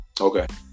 Okay